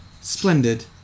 Splendid